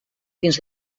fins